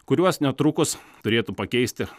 kuriuos netrukus turėtų pakeisti